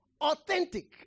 Authentic